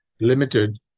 Limited